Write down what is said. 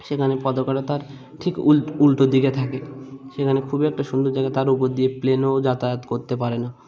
সেখানে পতাকাটা তার ঠিক উলটো দিকে থাকে সেখানে খুবই একটা সুন্দর জায়গা তার উপর দিয়ে প্লেনও যাতায়াত করতে পারে না